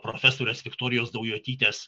profesorės viktorijos daujotytės